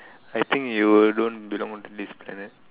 I think you don't belong onto this planet